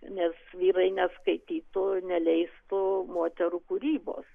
nes vyrai neapskaitytų neleistų moterų kūrybos